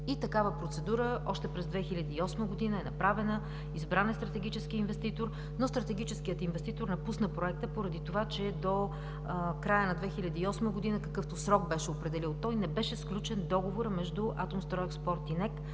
Такава процедура още през 2008 г. е направена, избран е стратегически инвеститор, но стратегическият инвеститор напусна Проекта поради това, че до края на 2008 г. какъвто срок беше определил той, не беше сключен договор между „Атомстройекспорт“ и НЕК